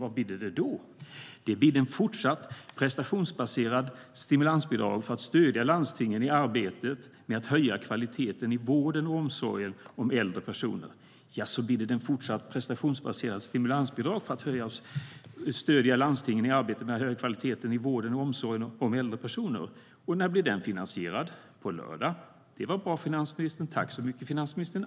Vad bidde det då?- Jaså, bidde det ett fortsatt prestationsbaserat stimulansbidrag för att stödja landstingen i arbetet med att höja kvaliteten i vården och omsorgen om äldre personer? När blir det finansierat?- Det var bra, finansministern. Tack så mycket, finansministern!